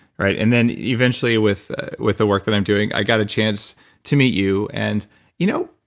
right? and then eventually with with the work that i'm doing, i got a chance to meet you and you know?